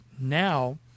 now